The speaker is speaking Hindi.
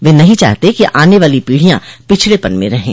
वे नहीं चाहते कि आने वाली पीढियां पिछड़ेपन में रहें